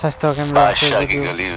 স্বাস্থ্য কেন্দ্ৰ আছে যদিও